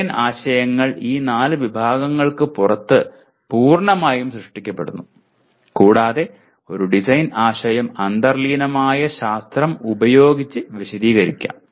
design ആശയങ്ങൾ ഈ നാല് വിഭാഗങ്ങൾക്ക് പുറത്ത് പൂർണ്ണമായും സൃഷ്ടിക്കപ്പെടുന്നു കൂടാതെ ഒരു ഡിസൈൻ ആശയം അന്തർലീനമായ ശാസ്ത്രം ഉപയോഗിച്ച് വിശദീകരിക്കാം